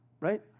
right